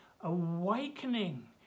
awakening